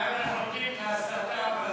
בינתיים אנחנו, את ההסתה הפלסטינית